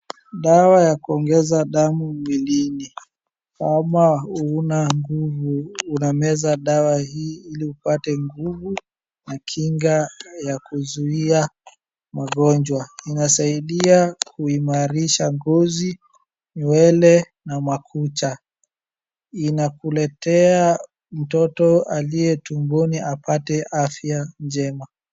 dawa ya kuongeza damu mwilini kama huna nguvu unameza dawa hii ili upate nguvu na kinga ya kuzuia magonjwa inasaidia kuimarisha ngozi ,nywele na makucha .inakuletea mtoto aliye tumboni apate afya njema